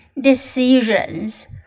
decisions